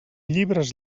llibres